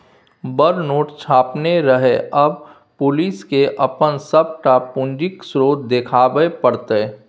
बड़ नोट छापने रहय आब पुलिसकेँ अपन सभटा पूंजीक स्रोत देखाबे पड़तै